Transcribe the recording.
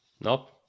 nope